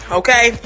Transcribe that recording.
okay